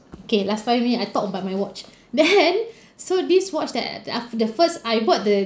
okay last five minute I talk about my watch then so this watch that uh af~ the first I bought the